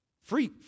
Free